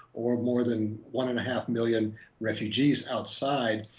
or more than one and a half million refugees outside,